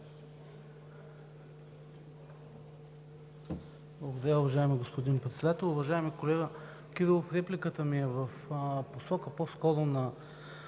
Благодаря Ви, уважаеми господин Председател. Уважаеми колега Кирилов, репликата ми е в посока по-скоро на